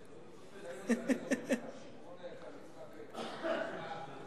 יצחק היקר.